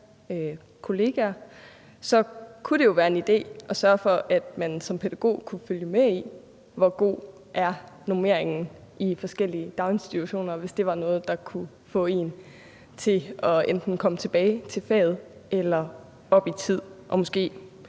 kolleger, kunne det jo være en idé at sørge for, at man som pædagog kunne følge med i, hvor god normeringen er i forskellige daginstitutioner, hvis det var noget, der kunne få en til enten at komme tilbage til faget eller gå op i tid. Måske